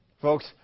Folks